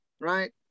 Right